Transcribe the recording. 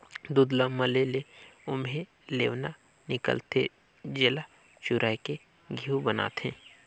दूद ल मले ले ओम्हे लेवना हिकलथे, जेला चुरायके घींव बनाथे